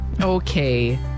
Okay